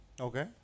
Okay